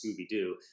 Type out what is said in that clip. Scooby-Doo